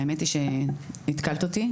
האמת היא שהתקלת אותי.